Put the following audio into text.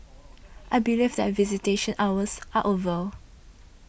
I believe that visitation hours are over